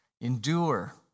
endure